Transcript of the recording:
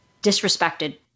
disrespected